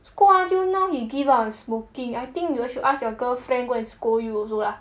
scold until now he give up on smoking I think you should ask your girlfriend go and scold you also lah